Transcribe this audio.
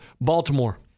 Baltimore